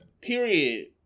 Period